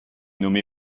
nommé